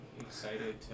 excited